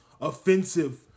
offensive